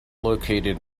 located